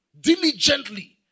diligently